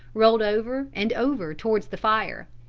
rolled over and over towards the fire,